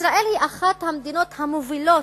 ישראל היא אחת המדינות המובילות